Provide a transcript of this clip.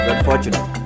Unfortunate